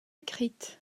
écrites